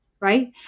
Right